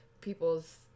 people's